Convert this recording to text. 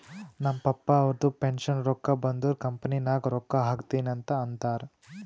ನಮ್ ಪಪ್ಪಾ ಅವ್ರದು ಪೆನ್ಷನ್ ರೊಕ್ಕಾ ಬಂದುರ್ ಕಂಪನಿ ನಾಗ್ ರೊಕ್ಕಾ ಹಾಕ್ತೀನಿ ಅಂತ್ ಅಂತಾರ್